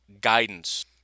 guidance